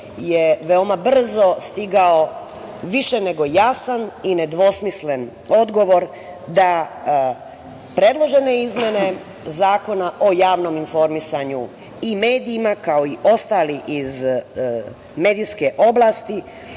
je veoma brzo stigao više nego jasan i nedvosmislen odgovor da predložene izmene Zakona o javnom informisanju i medijima, kao i ostali iz medijske oblasti